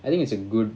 I think it's a good